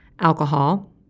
alcohol